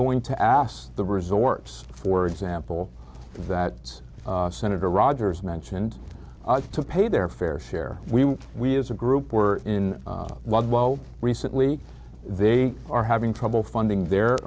going to ask the resort's for example that senator rogers mentioned to pay their fair share we we as a group were in ludlow recently they are having trouble funding the